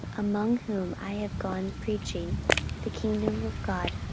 among whom i have gone preaching the kingdom of god,